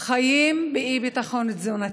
חי באי-ביטחון תזונתי,